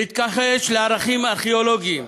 להתכחש לערכים הארכיאולוגיים,